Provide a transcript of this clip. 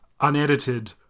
unedited